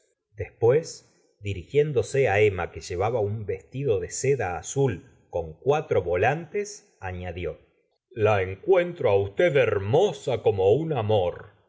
después dirigiéndose á emma que llevaba un vestido de seda azul con cuatro volantes añadió la encuentro á usted hermosa como un amor